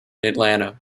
atlanta